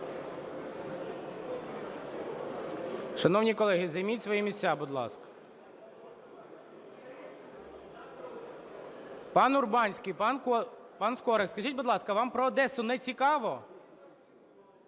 Шановні колеги, займіть свої місця, будь ласка. Пан Урбанський, пан Скорик, скажіть, будь ласка, вам про Одесу не цікаво?